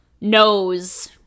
knows